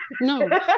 No